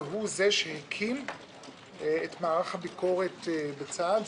הוא זה שהקים את מערך הביקורת בצה"ל,